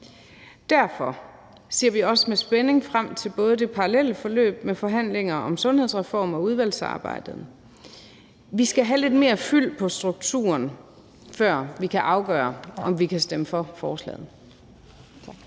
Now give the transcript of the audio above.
Derfor ser vi også med spænding frem til det parallelle forløb med både forhandlinger om en sundhedsreform og udvalgsarbejdet. Vi skal have lidt mere fyld på strukturen, før vi kan afgøre, om vi kan stemme for forslaget.